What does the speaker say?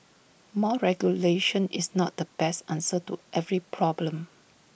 more regulation is not the best answer to every problem